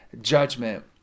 judgment